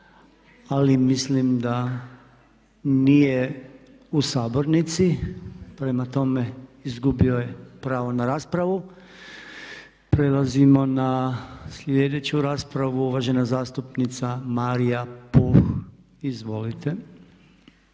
ali mislim da nije u sabornici, prema tome izgubio je pravo na raspravu. Prelazimo na sljedeću raspravu, uvažena zastupnica Marija Puh. Izvolite.